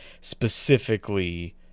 specifically